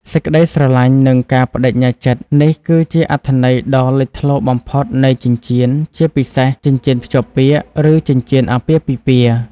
សេចក្ដីស្រឡាញ់ និងការប្តេជ្ញាចិត្ត នេះគឺជាអត្ថន័យដ៏លេចធ្លោបំផុតនៃចិញ្ចៀន ជាពិសេស ចិញ្ចៀនភ្ជាប់ពាក្យ ឬចិញ្ចៀនអាពាហ៍ពិពាហ៍។